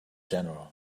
general